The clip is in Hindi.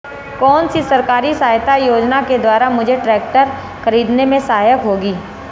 कौनसी सरकारी सहायता योजना के द्वारा मुझे ट्रैक्टर खरीदने में सहायक होगी?